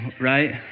right